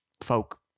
folk